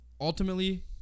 ultimately